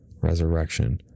resurrection